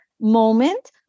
moment